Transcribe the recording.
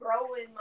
growing